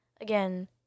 again